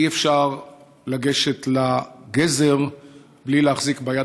אי-אפשר לגשת לגזר בלי להחזיק ביד